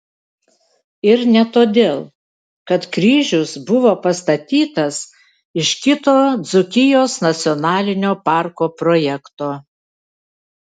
ir ne todėl kad kryžius buvo pastatytas iš kito dzūkijos nacionalinio parko projekto